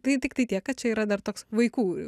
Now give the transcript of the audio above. tai tiktai tiek kad čia yra dar toks vaikų